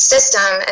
system